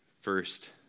first